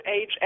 age